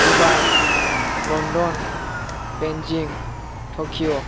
Dubai London Beijing Tokyo